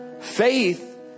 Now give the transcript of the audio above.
Faith